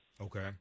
Okay